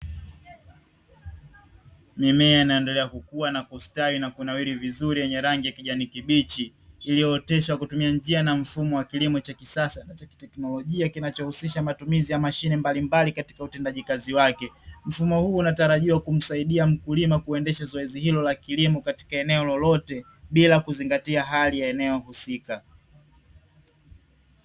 Mimea inaendelea kukua na kustawi na kunawiri yenye rangi ya kijani kibichi iliyooteshwa kwa kutumia njia na mfumo wa kilimo cha kisasa na cha kiteknolojia kinachohusisha matumizi ya mashine mbalimbali katika utendaji kazi wake. Mfumo huu unatarajiwa kumsaidia mkulima kuendesha zoezi hilo la kilimo katika eneo lolote, bila kuzingatia hali ya eneo husika.